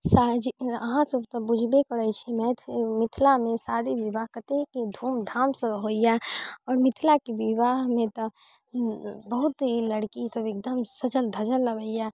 साज अहाँ सब तऽ बुझबे करै छी मैथि मिथिलामे शादी विवाह कतेक धूमधामसँ होइए आओर मिथिलाके विवाहमे तऽ बहुत ई लड़की सब एकदम सजल धजल अबैय